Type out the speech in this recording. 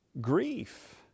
grief